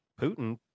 Putin